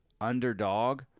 underdog